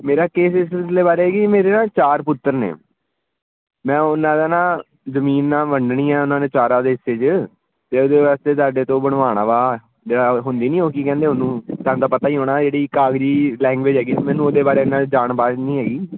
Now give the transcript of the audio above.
ਮੇਰਾ ਕੇਸ ਇਸ ਸਿਲਸਿਲੇ ਬਾਰੇ ਹੈ ਕਿ ਮੇਰੇ ਨਾ ਚਾਰ ਪੁੱਤਰ ਨੇ ਮੈਂ ਉਹਨਾਂ ਦਾ ਨਾ ਜ਼ਮੀਨਾਂ ਵੰਡਣੀਆਂ ਉਹਨਾਂ ਨੇ ਚਾਰਾਂ ਦੇ ਹਿੱਸੇ 'ਚ ਤਾਂ ਉਹਦੇ ਵਾਸਤੇ ਤੁਹਾਡੇ ਤੋਂ ਬਣਵਾਉਣਾ ਵਾ ਜਿਹੜਾ ਹੁੰਦੀ ਨਹੀਂ ਉਹ ਹੀ ਕਹਿੰਦੇ ਉਹਨੂੰ ਤੁਹਾਨੂੰ ਤਾਂ ਪਤਾ ਹੀ ਹੋਣਾ ਜਿਹੜੀ ਕਾਗਜ਼ੀ ਲੈਂਗੁਏਜ ਹੈਗੀ ਮੈਨੂੰ ਉਹਦੇ ਬਾਰੇ ਨਾ ਜਾਣਬਾਜ ਨਹੀਂ ਹੈਗੀ